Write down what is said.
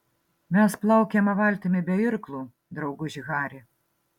mes plaukiame valtimi be irklų drauguži hari